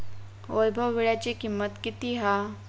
वैभव वीळ्याची किंमत किती हा?